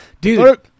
dude